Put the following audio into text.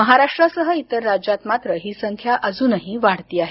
महाराष्ट्रासह इतर राज्यांत मात्र ही संख्या अजूनही वाढती आहे